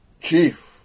chief